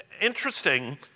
interesting